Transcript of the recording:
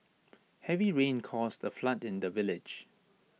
heavy rains caused A flood in the village